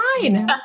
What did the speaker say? fine